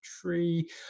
tree